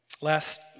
Last